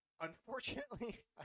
Unfortunately